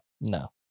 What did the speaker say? No